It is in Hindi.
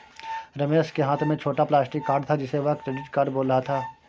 रमेश के हाथ में छोटा प्लास्टिक कार्ड था जिसे वह क्रेडिट कार्ड बोल रहा था